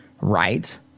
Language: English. right